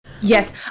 Yes